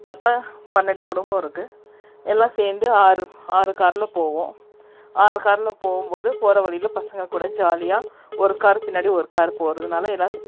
மொத்தம் பன்னண்டு குடும்பம் இருக்கு எல்லாம் சேர்ந்து ஆறு ஆறு காரில் போவோம் ஆறு காரில் போகும்போது போகிற வழியில பசங்கள் கூட ஜாலியாக ஒரு காருக்கு பின்னாடி ஒரு கார் போகிறதுனால எல்லாம் ஸ்